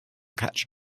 catch